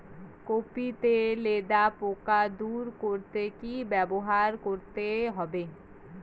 Copy তে লেদা পোকা দূর করতে কি ব্যবহার করতে হবে?